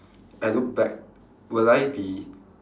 I look back will I be